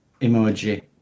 emoji